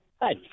Hi